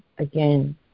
Again